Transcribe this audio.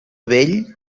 vell